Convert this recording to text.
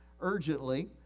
urgently